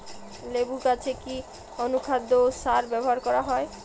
লেবু গাছে কি অনুখাদ্য ও সার ব্যবহার করা হয়?